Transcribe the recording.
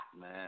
man